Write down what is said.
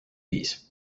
viis